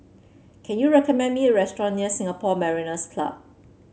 can you recommend me a restaurant near Singapore Mariners' Club